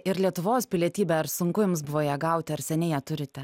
ir lietuvos pilietybę ar sunku jums buvo ją gauti ar seniai ją turite